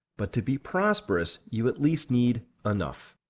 but to be prosperous, you at least need enough.